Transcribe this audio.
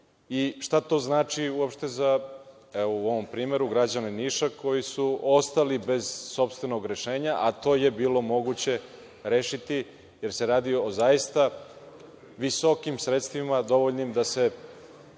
šta to znači uopšte za, evo u ovom primeru, građane Niša koji su ostali bez sopstvenog rešenja, a to je bilo moguće rešiti jer se radi o zaista visokim sredstvima, dovoljnim da se